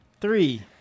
Three